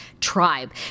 Tribe